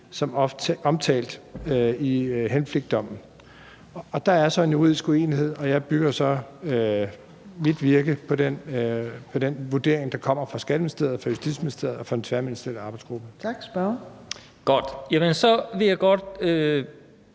som omtalt i Henflingdommen. Der er så en juridisk uenighed, og jeg bygger så mit virke på den vurdering, der kommer fra Skatteministeriet, fra Justitsministeriet og fra den tværministerielle arbejdsgruppe.